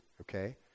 okay